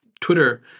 Twitter